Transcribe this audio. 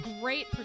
Great